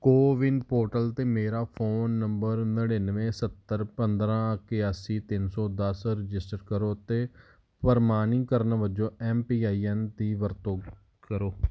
CoWIN portal 'ਤੇ ਮੇਰਾ phone number ਨੜ੍ਹਿਨਵੇਂ ਸੱਤਰ ਪੰਦਰ੍ਹਾਂ ਇਕਿਆਸੀ ਤਿੰਨ ਸੌ ਦਸ ਰਜਿਸਟਰ ਕਰੋ ਅਤੇ ਪ੍ਰਮਾਣੀਕਰਨ ਵਜੋਂ ਐੱਮ ਪੀ ਆਈ ਐੱਨ ਦੀ ਵਰਤੋਂ ਕਰੋ